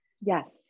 Yes